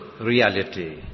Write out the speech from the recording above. reality